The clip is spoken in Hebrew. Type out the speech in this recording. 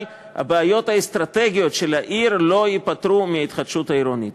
אבל הבעיות האסטרטגיות של העיר לא ייפתרו בהתחדשות עירונית.